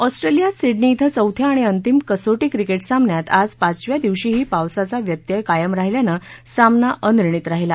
ऑस्ट्रेलियात सिडनी इथं चौथ्या आणि अंतिम कसोटी क्रिकेट सामन्यात आज पाचव्या दिवशीही पावसाचा व्यत्यय कायम राहिल्यानं सामना अनिर्णित राहिला